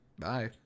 Bye